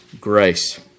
grace